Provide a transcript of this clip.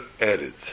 added